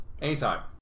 Anytime